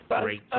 great